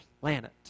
planet